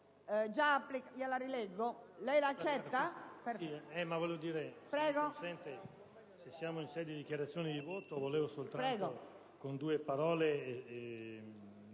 Grazie